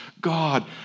God